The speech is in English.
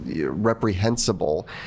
reprehensible